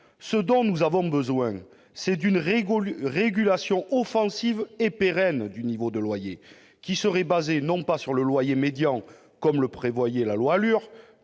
Ce dont nous avons besoin, c'est d'une régulation offensive et pérenne du niveau des loyers, qui serait basée non pas sur le loyer médian comme le prévoyait la loi